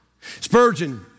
Spurgeon